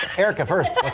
erika first